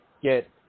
Get